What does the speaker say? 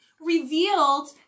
revealed